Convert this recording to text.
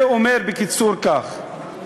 זה אומר בקיצור כך: